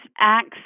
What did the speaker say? acts